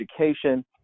education